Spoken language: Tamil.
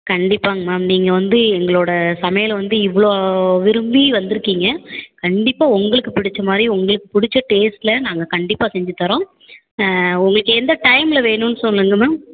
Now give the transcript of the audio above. கண்டிப்பாங்க மேம் நீங்கள் வந்து எங்களோட சமையலை வந்து இவ்வளோ விரும்பி வந்துருக்கீங்க கண்டிப்பாக உங்களுக்கு பிடிச்ச மாதிரி உங்களுக்கு பிடிச்ச டேஸ்ட்டில் நாங்கள் கண்டிப்பாக செஞ்சுத்தரோம் உங்களுக்கு எந்த டைமில் வேணுன்னு சொல்லுங்க மேம்